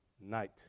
night